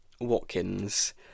Watkins